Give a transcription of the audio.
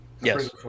yes